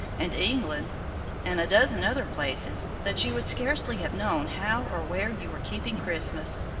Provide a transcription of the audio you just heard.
and england and a dozen other places, that you would scarcely have known how or where you were keeping christmas.